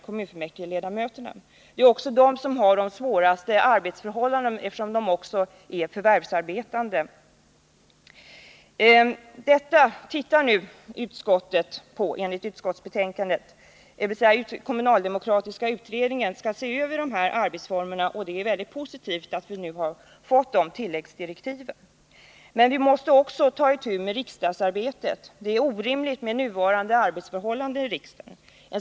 Det är också de som har de svåraste arbetsförhållandena, eftersom de också är förvärvsarbetande. Enligt betänkandet har regeringen i tilläggsdirektiv till kommunaldemokratiska kommittén uppdragit åt den att se över arbetsformerna för de kommunalt förtroendevalda, och det är positivt. Men vi måste också ta itu med riksdagsarbetet. De nuvarande arbetsförhållandena i riksdagen är orimliga.